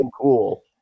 cool